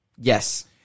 Yes